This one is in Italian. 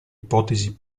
ipotesi